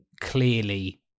clearly